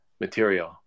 material